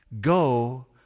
Go